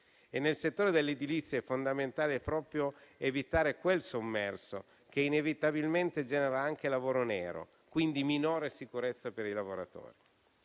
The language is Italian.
Nel settore dell'edilizia è fondamentale evitare quel sommerso che inevitabilmente genera anche lavoro nero, quindi minore sicurezza per i lavoratori.